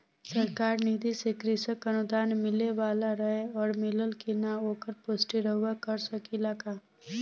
सरकार निधि से कृषक अनुदान मिले वाला रहे और मिलल कि ना ओकर पुष्टि रउवा कर सकी ला का?